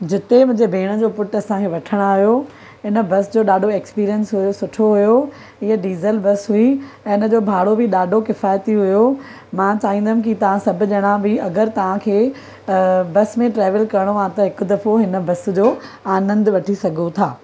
जिते मुंहिंजी भेण जो पुटु असांखे वठणु आहियो इन बस जो ॾाढो ऐक्स्पीरियंस हुओ सुठो हुओ इहा डीज़ल बस हुई ऐं इन जो भाड़ो बि ॾाढो किफ़ायती हुओ मां चाहींदमि की तव्हां सभ ॼणा बि अगरि तव्हांखे बस में ट्रेवल करिणो आहे त हिकु दफ़ो हिन बस जो आनंद वठी सघो था